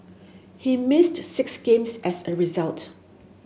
he missed six games as a result